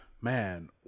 man